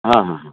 ಹಾಂ ಹಾಂ ಹಾಂ